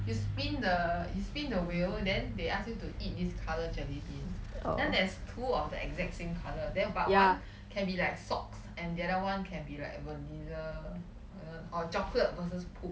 you spin the you spin the wheel then they ask you to eat this colour jellybean then there's two of the exact same colour then but one can be like socks and the other one can be like vanilla or chocolate versus poop